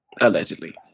Allegedly